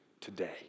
today